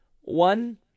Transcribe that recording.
One